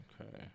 Okay